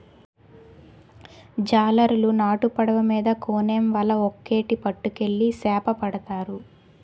జాలరులు నాటు పడవ మీద కోనేమ్ వల ఒక్కేటి పట్టుకెళ్లి సేపపడతారు